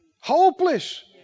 Hopeless